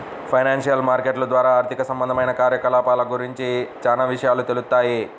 financial మార్కెట్ల ద్వారా ఆర్థిక సంబంధమైన కార్యకలాపాల గురించి చానా విషయాలు తెలుత్తాయి